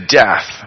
death